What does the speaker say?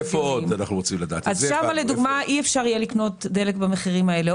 אי אפשר יהיה לקנות דלק במחירים האלה.